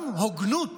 גם הוגנות